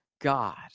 God